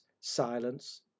silence